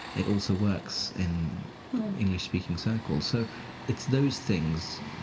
it also works in english-speaking circles. so it's those things,